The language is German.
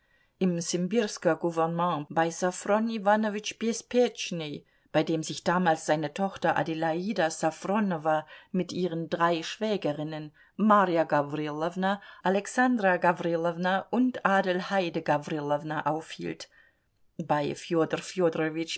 ssimbirsker gouvernement bei ssofron iwanowitsch bespetschnyj bei dem sich damals seine tochter adelaida ssofronowna mit ihren drei schwägerinnen maria gawrilowna alexandra gawrilowna und adelheide gawrilowna aufhielt bei